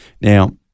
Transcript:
Now